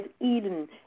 Eden